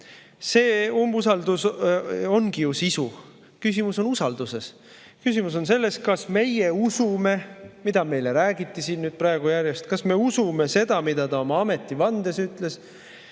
See umbusaldus ongi ju sisu. Küsimus on usalduses. Küsimus on selles, kas meie usume, mida meile räägiti siin nüüd praegu järjest, kas me usume seda, mida ta oma ametivandes ütles.